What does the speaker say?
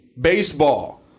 baseball